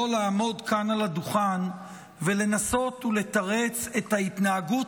לעמוד כאן על הדוכן ולנסות ולתרץ את ההתנהגות